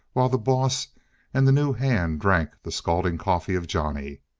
while the boss and the new hand drank the scalding coffee of johnny.